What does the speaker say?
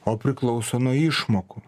o priklauso nuo išmokų